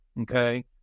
Okay